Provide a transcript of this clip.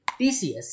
TCS